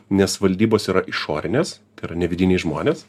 nes valdybos yra išorinės tai yra ne vidiniai žmonės